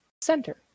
center